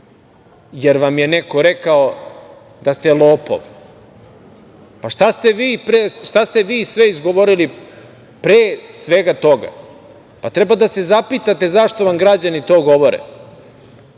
jer vam je neko rekao da ste lopov. Šta ste vi sve izgovorili, pre svega toga. Treba da se zapitate zašto vam građani to govore. Zaboga,